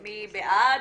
מי בעד?